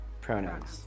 pronouns